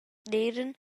d’eiran